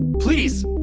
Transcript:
please,